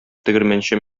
тегермәнче